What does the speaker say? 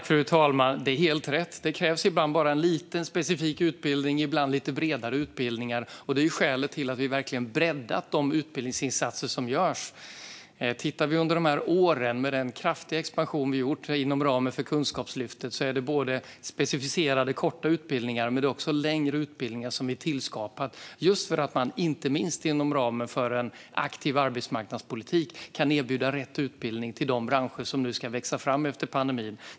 Fru talman! Det är helt rätt - det krävs ibland bara en liten, specifik utbildning och ibland en lite bredare utbildning. Det är skälet till att vi breddat de utbildningsinsatser som görs. Tittar man på den kraftiga expansion vi gjort under de här åren inom ramen för Kunskapslyftet ser man att det är specifika korta utbildningar men också längre utbildningar som vi tillskapat, just för att inte minst inom ramen för en aktiv arbetsmarknadspolitik kunna erbjuda rätt utbildning till de branscher som nu ska växa efter pandemin.